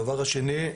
הדבר השני,